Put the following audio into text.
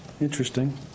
Interesting